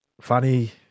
funny